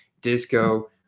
Disco